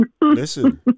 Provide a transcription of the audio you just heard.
Listen